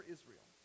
Israel